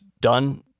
done